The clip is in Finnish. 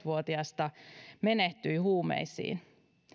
vuotiasta menehtyi huumeisiin